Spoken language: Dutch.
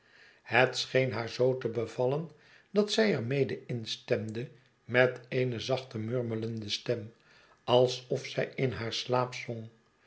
het scheen haar zoo te bevallen dat zij er mede instemde met eene zachte murmelende stem alsof zij in haar slaap zong